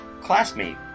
classmate